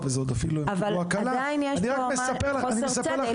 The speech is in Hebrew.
עדיין יש פה חוסר צדק.